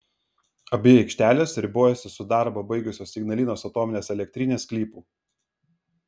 abi aikštelės ribojasi su darbą baigusios ignalinos atominės elektrinės sklypu